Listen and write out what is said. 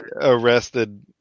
arrested